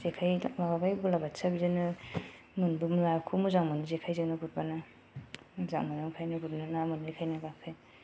जेखाय माबाबाय बालाबाथिया बिदिनो मोनो नाखौ मोजां मोनो जेखायजोंनो मोजां मोनो ओंखायनो गुरनो ना मोनोखायनो